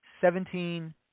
Seventeen